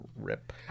Rip